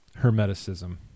hermeticism